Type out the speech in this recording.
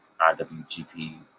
IWGP